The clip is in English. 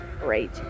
great